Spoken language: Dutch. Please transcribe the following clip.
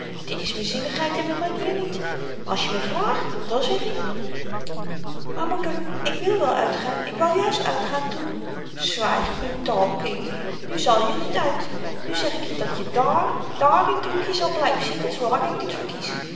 dat's m'n zinnigheid en m'n manier niet maar als je me vraagt dan zeg ik maar moeder ik wil wel uitgaan ik wou juist uitgaan toen zwyg brutaal kind nu zàl je niet uit nu zeg ik je dat je dààr daar in t hoekje zal blyven zitten zoolang ik t verkies